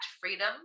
freedom